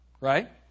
right